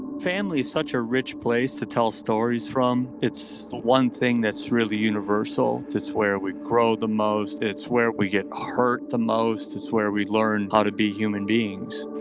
family is such a rich place to tell stories from. it's the one thing that's really universal. it's where we grow the most, it's where we get hurt the most, it's where we learn how to be human beings.